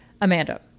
Amanda